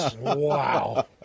Wow